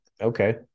Okay